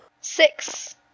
Six